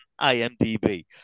IMDB